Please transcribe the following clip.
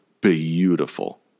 beautiful